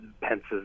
Pence's